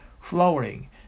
flowering